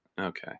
Okay